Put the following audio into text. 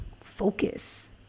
focus